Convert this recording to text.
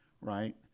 right